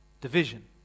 division